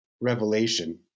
revelation